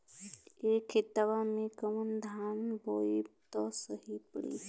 ए खेतवा मे कवन धान बोइब त सही पड़ी?